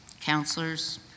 counselors